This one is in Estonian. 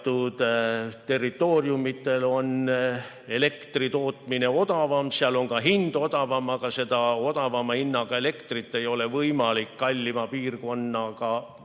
Teatud territooriumidel on elektri tootmine odavam, seal on ka hind odavam, aga seda odavama hinnaga elektrit ei ole võimalik kallimasse piirkonda